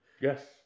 Yes